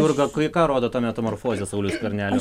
jurga kai ką rodo ta metamorfozė sauliaus skvernelio